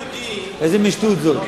איזה מין שטות זאת.